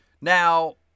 Now